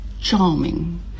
charming